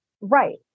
Right